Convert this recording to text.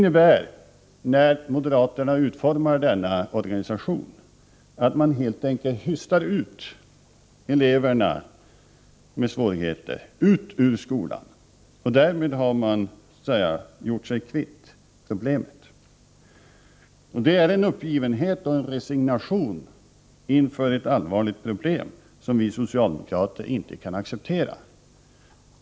När moderaterna utformar denna organisation, hystar de helt enkelt ut eleverna med svårigheter ur skolan. Därmed har de gjort sig kvitt problemet. Det är uppgivenhet inför ett allvarligt problem som vi socialdemokrater inte kan acceptera.